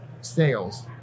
sales